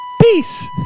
Peace